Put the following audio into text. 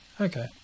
okay